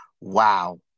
wow